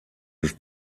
des